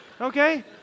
Okay